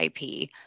IP